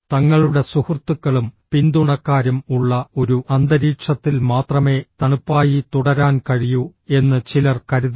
തങ്ങളുടെ സുഹൃത്തുക്കളും പിന്തുണക്കാരും ഉള്ള ഒരു അന്തരീക്ഷത്തിൽ മാത്രമേ തണുപ്പായി തുടരാൻ കഴിയൂ എന്ന് ചിലർ കരുതുന്നു